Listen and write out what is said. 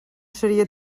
seria